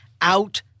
out